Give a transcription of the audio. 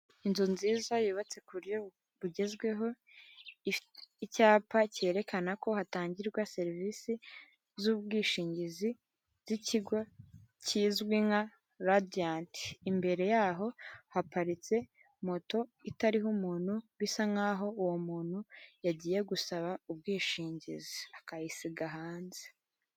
Inzu nziza yubatse ku buryo bugezweho, icyapa cyerekana ko hatangirwa serivisi z'ubwishingizi z'ikigo kizwi nka Radiyanti. Imbere yaho haparitse moto itariho umuntu, bisa nk'aho uwo muntu yagiye gusaba ubwishingizi akayisiga hanze.